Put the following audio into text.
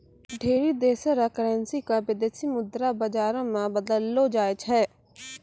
ढेरी देशो र करेन्सी क विदेशी मुद्रा बाजारो मे बदललो जाय छै